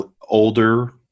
older